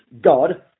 God